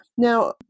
Now